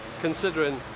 Considering